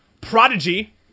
Prodigy